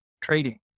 trading